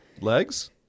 legs